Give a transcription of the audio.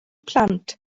plant